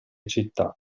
città